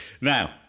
Now